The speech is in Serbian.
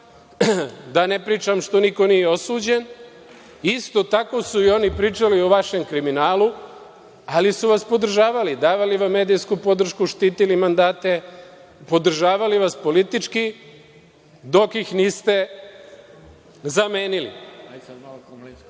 da ne pričam što niko nije osuđen, isto tako su i oni pričali o vašem kriminalu, ali su vas podržavali, davali vam medijsku podršku, štitili mandate, podržavali vas politički dok ih niste zamenili. Čuli smo i